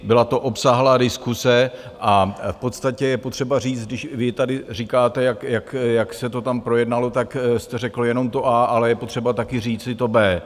Byla to obsáhlá diskuse a v podstatě je potřeba říct, když vy tady říkáte, jak se to tam projednalo, tak jste řekl jenom to A, ale je potřeba taky říci to B.